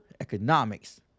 economics